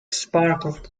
sparkled